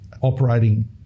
operating